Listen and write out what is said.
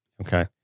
Okay